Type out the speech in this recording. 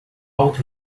outro